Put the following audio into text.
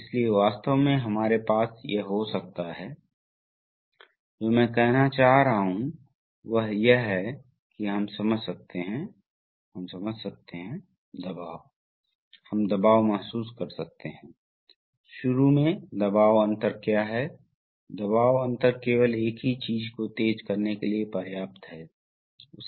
अगले स्ट्रोक में अब हमारे पास एक प्रत्यावर्तन स्ट्रोक है इसलिए क्या होता है जब यह अंत तक पहुंचता है तो यह अंत में इस सीमा स्विच को संचालित करता है एक्सटेंशन स्ट्रोक के चरम छोर पर वह सीमा स्विच वास्तव में सोलनॉइड से जुड़ा होता है इस तरह से कि तुरंत जब सीमा स्विच ऑन किया जाता है तो यह सोलनॉइड बंद हो जाता है